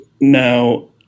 now